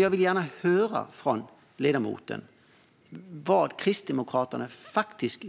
Jag vill gärna höra från ledamoten vad Kristdemokraterna